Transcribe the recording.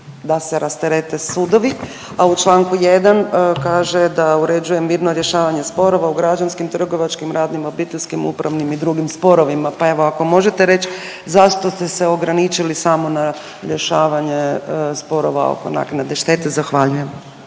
da se rasterete sudovi, a u članku 1. kaže da uređuje mirno rješavanje sporova u građanskim, trgovačkim, radnim, obiteljskim, upravnim i drugim sporovima. Pa evo ako možete reći zašto ste se ograničili samo na rješavanje sporova oko naknade štete? Zahvaljujem.